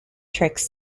tricks